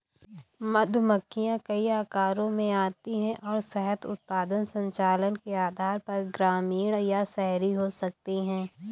मधुमक्खियां कई आकारों में आती हैं और शहद उत्पादन संचालन के आधार पर ग्रामीण या शहरी हो सकती हैं